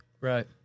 Right